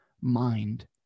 mind